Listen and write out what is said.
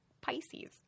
Pisces